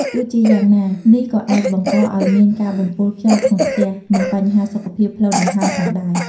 ទោះជាយ៉ាងណា នេះក៏អាចបង្កឱ្យមានការបំពុលខ្យល់ក្នុងផ្ទះ និងបញ្ហាសុខភាពផ្លូវដង្ហើមផងដែរ។